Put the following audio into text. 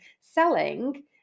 selling